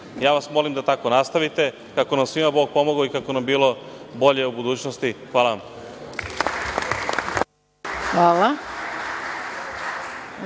vas da tako nastavite, kako nam svima Bog pomogao i kako nam bilo bolje u budućnosti. Hvala. **Maja